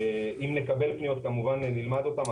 אם נקבל פניות כמובן נלמד אותן.